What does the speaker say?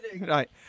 Right